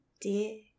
dear